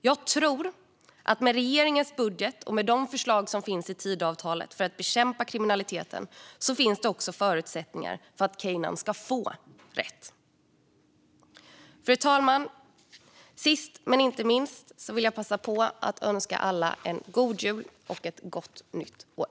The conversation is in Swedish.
Jag tror att med regeringens budget och med de förslag som finns i Tidöavtalet för att bekämpa kriminaliteten finns det också förutsättningar för att Keynaan ska få rätt. Fru talman! Till sist vill jag önska alla en god jul och ett gott nytt år.